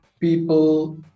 people